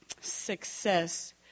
success